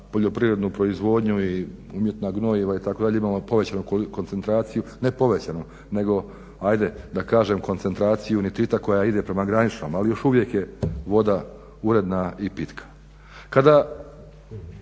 poljoprivrednu proizvodnju i umjetna gnojiva itd. imamo povećanu koncentraciju, ne povećanu, nego ajde da kažem koncentraciju nitrita koji ide prema granično, ali još uvijek je voda uredna i pitka.